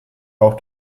auch